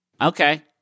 okay